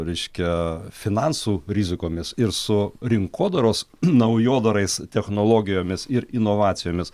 reiškia finansų rizikomis ir su rinkodaros naujodarais technologijomis ir inovacijomis